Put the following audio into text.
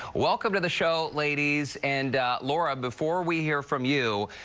welcome to the show, ladies. and laura, before we hear from you,